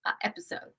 episode